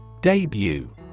Debut